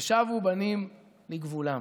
ושבו בנים לגבולם".